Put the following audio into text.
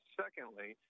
secondly